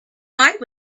eye